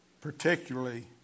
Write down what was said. particularly